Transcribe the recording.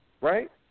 Right